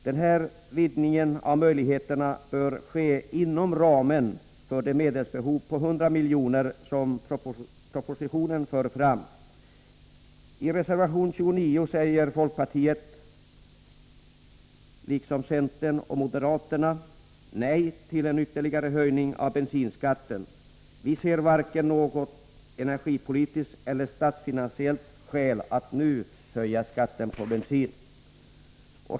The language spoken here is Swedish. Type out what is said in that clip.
Den här vidgningen av möjligheterna bör ske inom ramen för de medelsbehov på 100 miljoner som framförs i propositionen. I reservation 29 säger folkpartiet, liksom centern och moderaterna, nej till en ytterligare höjning av bensinskatten. Vi ser varken något energipolitiskt eller statsfinansiellt skäl att nu höja skatten på bensin.